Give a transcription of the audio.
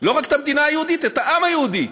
לא רק את המדינה היהודית, את העם היהודי.